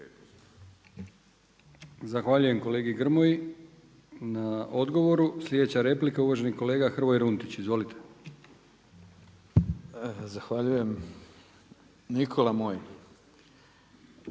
Zahvaljujem kolegi Grmoji na odgovoru. Sljedeća replika uvaženi kolega Hrvoje Runtić. Izvolite. **Runtić, Hrvoje